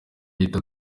ahita